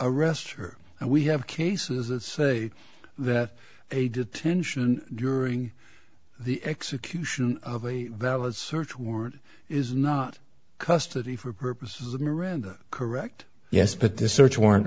arrest her and we have cases that say that a detention during the execution of a valid search warrant is not custody for purposes of miranda correct yes but this search warrant